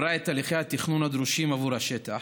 ועברה את תהליכי התכנון הדרושים עבור השטח,